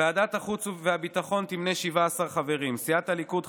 ועדת החוץ והביטחון תמנה 17 חברים: סיעת הליכוד,